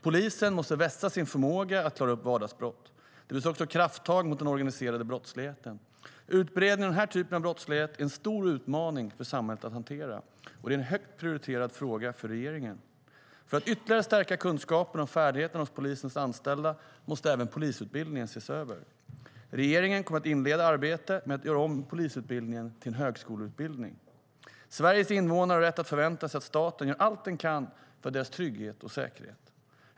Polisen måste vässa sin förmåga att klara upp vardagsbrott. Det behövs också krafttag mot den organiserade brottsligheten. Utbredningen av den här typen av brottslighet är en stor utmaning för samhället att hantera och en högt prioriterad fråga för regeringen. Sveriges invånare har rätt att förvänta sig att staten gör allt den kan för deras trygghet och säkerhet.